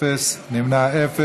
אין, נמנעים,